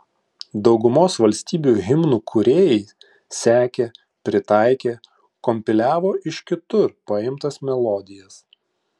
daugumos valstybių himnų kūrėjai sekė pritaikė kompiliavo iš kitur paimtas melodijas